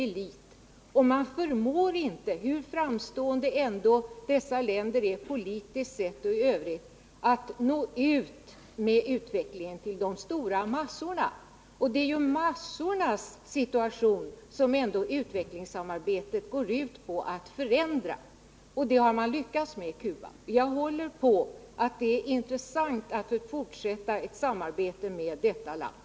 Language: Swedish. Dessa länder förmår inte, hur förträffliga de än är i övrigt, att få utvecklingen att omfatta de stora massorna. Det är ju massornas situation som utvecklingssamarbetet ändå går ut på att förändra. Det har man lyckats med i Cuba. Jag håller på att det är intressant att fortsätta ett samarbete med detta land.